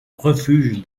refuge